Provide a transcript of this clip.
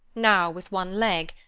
now with one leg,